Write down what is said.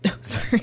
Sorry